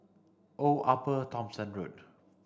Old Upper Thomson Road